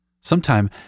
Sometime